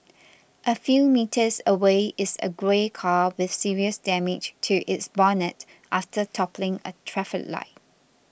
a few metres away is a grey car with serious damage to its bonnet after toppling a traffic light